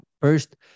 First